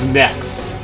next